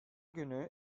günü